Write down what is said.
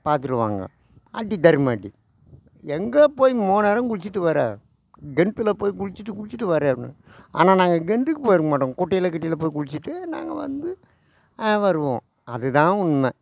பார்த்துருவாங்க அடி தர்ம அடி எங்கே போய் இம்மா நேரம் குளிச்சுட்டு வர கிணத்துல போய் குளிச்சுட்டு குளிச்சுட்டு வர அப்படின்னு ஆனால் நாங்கள் கிணத்துக்கு போயிருக்க மாட்டோம் குட்டையில் கிட்டையில் போயி குளிச்சுட்டு நாங்கள் வந்து வருவோம் அது தான் உண்மை